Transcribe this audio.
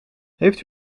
heeft